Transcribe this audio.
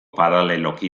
paraleloki